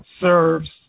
serves